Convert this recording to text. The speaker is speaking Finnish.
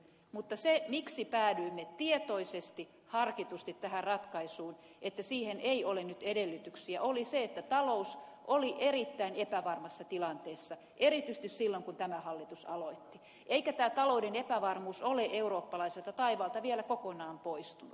mutta syy siihen miksi päädyimme tietoisesti harkitusti tähän ratkaisuun että siihen ei ole nyt edellytyksiä oli se että talous oli erittäin epävarmassa tilanteessa erityisesti silloin kun tämä hallitus aloitti eikä tämä talouden epävarmuus ole eurooppalaiselta taivaalta vielä kokonaan poistunut